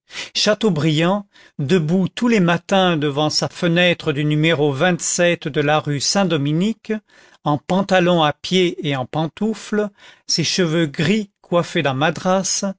chateaubriand debout tous les matins devant sa fenêtre du n de la rue saint-dominique en pantalon à pieds et en pantoufles ses cheveux gris coiffés d'un madras